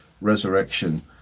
resurrection